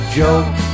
joke